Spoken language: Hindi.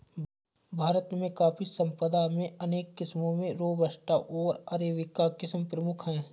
भारत में कॉफ़ी संपदा में अनेक किस्मो में रोबस्टा ओर अरेबिका किस्म प्रमुख है